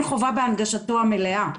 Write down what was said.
אין חובה בהנגשתו המלאה.